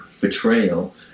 betrayal